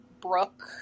Brooke